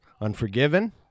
Unforgiven